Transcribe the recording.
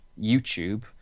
YouTube